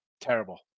terrible